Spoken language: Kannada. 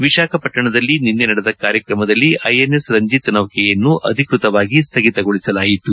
ವಿಶಾಖಪಟ್ಟಣದಲ್ಲಿ ನಿನ್ನೆ ನಡೆದ ಕಾರ್ಯಕ್ರಮದಲ್ಲಿ ಐಎನ್ಎಸ್ ರಂಜಿತ್ ನೌಕೆಯನ್ನು ಅಧಿಕ್ಸತವಾಗಿ ಸ್ಹಗಿತಗೊಳಿಸಲಾಯಿತು